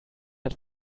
hat